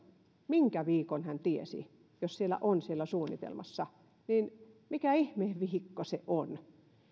minkä viikon hän tiesi jos se on siellä suunnitelmassa niin mikä ihmeen viikko se on